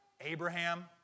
Abraham